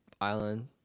island